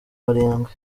barindwi